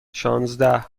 شانزده